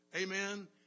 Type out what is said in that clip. Amen